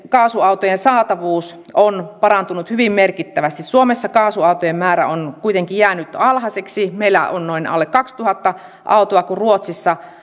kaasuautojen saatavuus on parantunut hyvin merkittävästi suomessa kaasuautojen määrä on kuitenkin jäänyt alhaiseksi meillä on noin alle kaksituhatta autoa kun ruotsissa